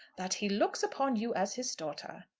that he looks upon you as his daughter.